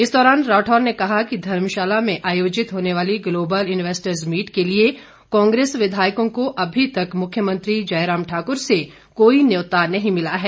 इस दौरान राठौर ने कहा कि धर्मशाला में आयोजित होने वाली ग्लोबल इन्वेस्टर्स मीट के लिए कांग्रेस विधायकों को अभी तक मुख्यमंत्री जयराम ठाक्र से कोई न्यौता नहीं मिला है